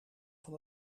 van